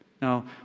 Now